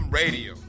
radio